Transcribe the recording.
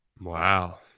Wow